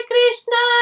Krishna